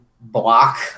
block